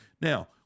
Now